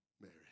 Mary